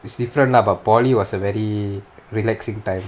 it's different lah but polytechnic was a very relaxing time